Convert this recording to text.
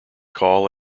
call